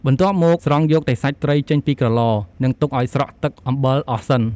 បន្ទាប់មក ស្រង់យកតែសាច់ត្រីចេញពីក្រឡ និង ទុកឱ្យស្រក់ទឹកអំបិលអស់សិន។